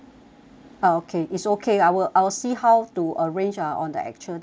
okay it's okay I will I will see how to arrange uh on the actual day itself